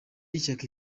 y’ishyaka